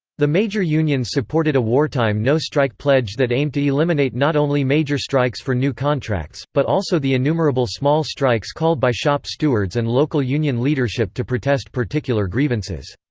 the major unions supported a wartime no-strike pledge that aimed to eliminate not only major strikes for new contracts, but also the innumerable small strikes called by shop stewards and local union leadership to protest particular grievances.